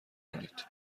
کنید